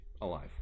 alive